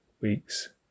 weeks